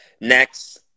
next